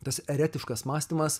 tas eretiškas mąstymas